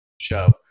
show